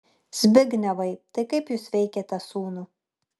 zbignevai tai kaip jūs veikiate sūnų